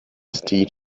steed